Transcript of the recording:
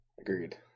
Agreed